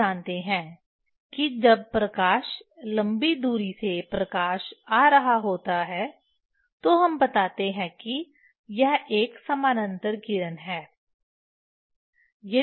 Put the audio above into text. आप जानते हैं कि जब प्रकाश लंबी दूरी से प्रकाश आ रहा होता है तो हम बताते हैं कि यह एक समानांतर किरण है